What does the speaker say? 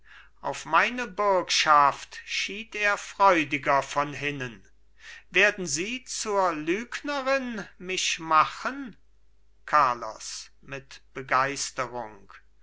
auf meine bürgschaft schied er freudiger von hinnen werden sie zur lügnerin mich machen carlos mit begeisterung